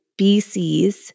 BCs